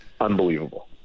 unbelievable